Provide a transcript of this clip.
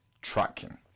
tracking